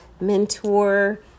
mentor